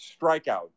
strikeout